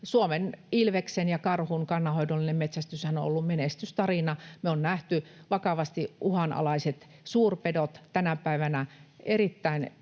Suomen ilveksen ja karhun kannanhoidollinen metsästyshän on ollut menestystarina. Me on nähty vakavasti uhanalaiset suurpedot ja tänä päivänä erittäin